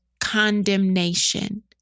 condemnation